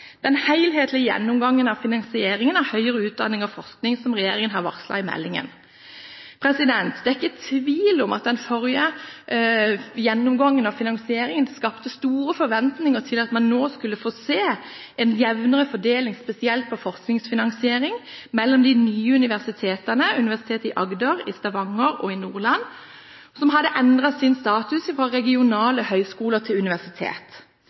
Den helhetlige gjennomgangen av finansieringen av høyere utdanning og forskning som regjeringen har varslet i meldingen. Det er ikke tvil om at den forrige gjennomgangen av finansieringen skapte store forventninger til at man nå skulle få se en jevnere fordeling spesielt på forskningsfinansiering mellom de nye universitetene, universitetet i Agder, i Stavanger og i Nordland, som hadde endret status fra regionale høyskoler til universitet.